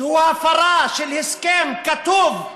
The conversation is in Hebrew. שהוא הפרה של הסכם כתוב.